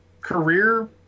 Career